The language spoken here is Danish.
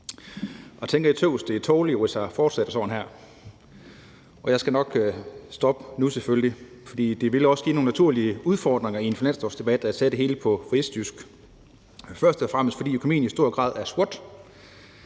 Og a tænker, a tøws, det er tåwli, hvis a fortsætter sådan her. Og jeg skal selvfølgelig nok stoppe nu, for det ville også give nogle naturlige udfordringer i en finanslovsdebat, at jeg sagde det hele på vestjysk, først og fremmest fordi økonomien jo i stor grad er swåt;